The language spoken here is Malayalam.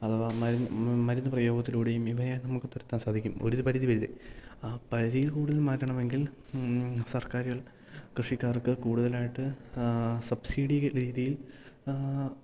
അഥവാ മരുന്ന് മരുന്ന് പ്രയോഗത്തിലൂടെയും ഇവയേ നമുക്ക് തുരത്താൻ സാധിക്കും ഒരു പരിധി വരെ ആ പരിധിയിൽ കൂടുതൽ മാറ്റണമെങ്കിൽ സർക്കാരുകൾ കൃഷിക്കാർക്ക് കൂടുതലായിട്ട് സബ്സിഡി രീതിയിൽ